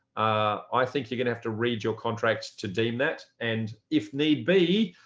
i think you're gonna have to read your contracts to deem that and if need be.